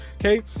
Okay